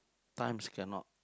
times cannot